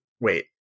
Wait